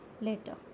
later